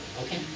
okay